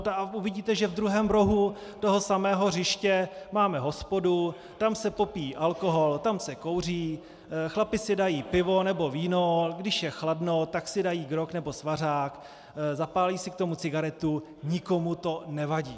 A uvidíte, že v druhém rohu toho samého hřiště máme hospodu, tam se popíjí alkohol, tam se kouří, chlapi si dají pivo nebo víno, když je chladno, tak si dají grog nebo svařák, zapálí si k tomu cigaretu, nikomu to nevadí.